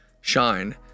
shine